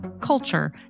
culture